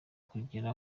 kugera